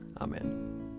Amen